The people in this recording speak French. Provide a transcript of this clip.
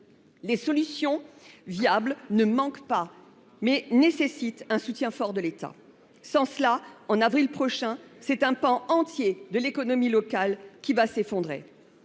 Les solutions viables ne manquent pas, mais elles nécessitent un soutien fort de l’État. Sans cela, en avril prochain, c’est un pan entier de l’économie locale qui va s’effondrer.